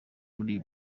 muri